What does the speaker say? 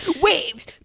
Waves